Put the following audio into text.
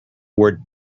word